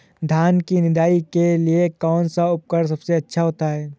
धान की निदाई के लिए कौन सा उपकरण सबसे अच्छा होता है?